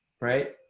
right